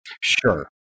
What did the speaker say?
Sure